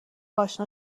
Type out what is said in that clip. آشنا